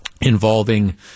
Involving